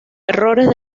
errores